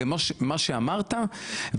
למה שאמרת,